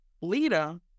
Lita